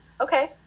okay